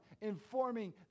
informing